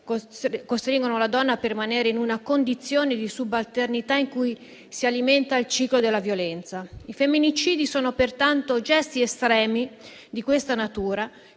costringono la donna a permanere in una condizione di subalternità in cui si alimenta il ciclo della violenza. I femminicidi sono pertanto gesti estremi di questa natura,